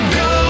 go